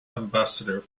ambassador